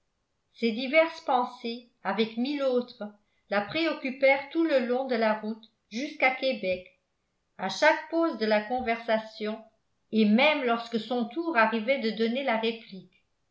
ces diverses pensées avec mille autres la préoccupèrent tout le long de la route jusqu'à québec à chaque pause de la conversation et même lorsque son tour arrivait de donner la réplique